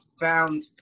found